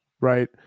right